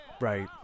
Right